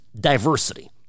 diversity